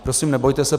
Prosím, nebojte se.